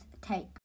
take